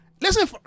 Listen